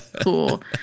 cool